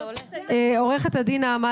עורכת-דין נעמה